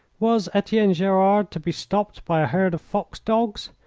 was etienne gerard to be stopped by a herd of fox-dogs?